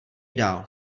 dál